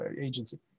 agency